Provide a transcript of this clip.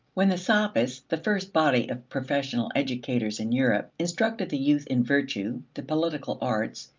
when the sophists, the first body of professional educators in europe, instructed the youth in virtue, the political arts,